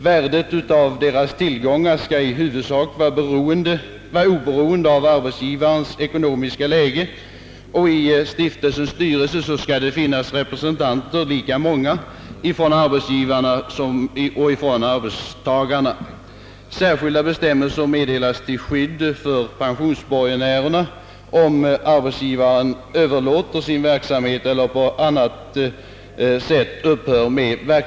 Värdet av deras tillgångar skall i huvudsak vara oberoende av arbetsgivarens ekonomiska ställning, och i stiftelsens styrelse skall det finnas lika många representanter för arbetsgivaren och arbetstagarna. Särskilda bestämmelser meddelas till skydd för pensionsborgenärerna, om arbetsgivaren överlåter sin verksamhet eller på annat sätt upphör med den.